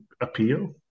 appeal